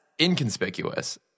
inconspicuous